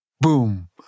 boom